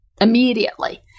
immediately